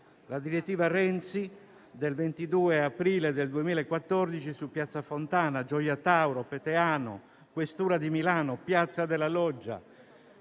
la direttiva Renzi del 22 aprile 2014 su piazza Fontana, Gioia Tauro, Peteano, questura di Milano, piazza della Loggia,